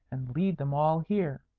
and lead them all here.